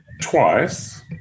twice